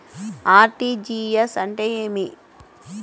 RTGS అంటే ఏమి?